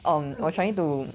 um 我 trying to